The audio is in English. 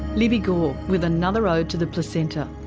libbi gorr with another ode to the placenta.